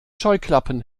scheuklappen